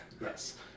yes